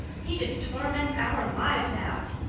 he just torments our lives out.